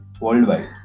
worldwide